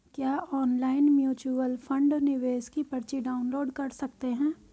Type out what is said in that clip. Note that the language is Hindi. क्या ऑनलाइन म्यूच्यूअल फंड निवेश की पर्ची डाउनलोड कर सकते हैं?